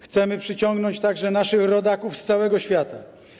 Chcemy przyciągnąć także naszych rodaków z całego świata.